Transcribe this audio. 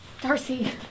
darcy